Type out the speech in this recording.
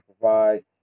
provide